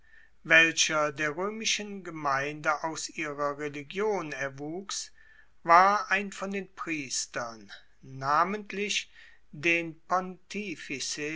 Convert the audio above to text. welcher der roemischen gemeinde aus ihrer religion erwuchs war ein von den priestern namentlich den